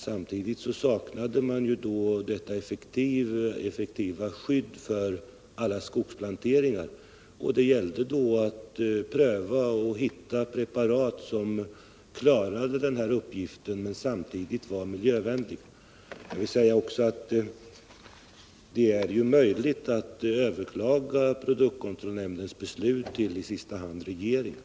Samtidigt förlorade man dock det effektiva skydd för alla skogsplanteringar som DDT-användningen gav, och det gällde då att ta fram och pröva preparat som har en motsvarande effekt men som samtidigt är miljövänliga. Jag vill också säga att det är möjligt att överklaga produktkontrollnämndens beslut, i sista hand till regeringen.